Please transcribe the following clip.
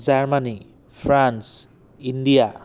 Germany France India